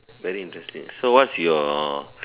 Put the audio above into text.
very interested so what's your